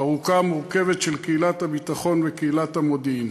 ארוכה, מורכבת, של קהילת הביטחון וקהילת המודיעין.